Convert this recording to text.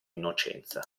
innocenza